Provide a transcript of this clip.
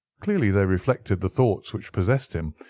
clearly they reflected the thoughts which possessed him,